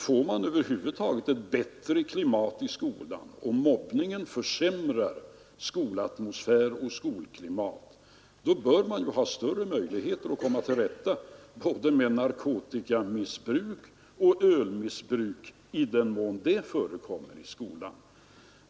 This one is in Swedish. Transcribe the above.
Får man över huvud taget ett bättre klimat i skolan — och mobbningen försämrar skolatmosfär och skolklimat — bör man ha större möjligheter att komma till rätta med narkotikamissbruk och ölmissbruk, i den mån det förekommer i skolan.